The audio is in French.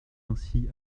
ainsi